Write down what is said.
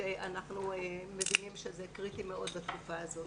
שאנחנו מבינים שזה קריטי מאוד בתקופה הזאת.